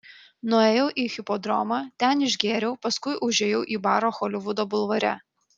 nuėjau į hipodromą ten išgėriau paskui užėjau į barą holivudo bulvare